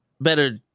better